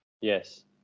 Yes